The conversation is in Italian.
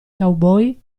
cowboy